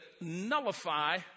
nullify